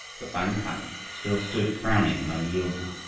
but bang-kah still stood frowning and unyielding.